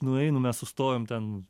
nueinu mes sustojom ten